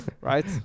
right